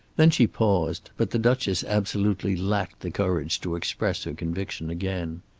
then she paused, but the duchess absolutely lacked the courage to express her conviction again.